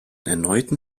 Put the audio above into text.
erneuten